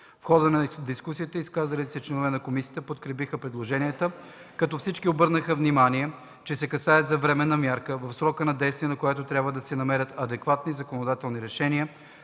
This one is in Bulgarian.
В хода на дискусията изказалите се членове на комисията подкрепиха предложения проект, като всички обърнаха внимание, че се касае за временна мярка, в срока на действие на която трябва да се намерят адекватни законодателни решения,